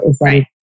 right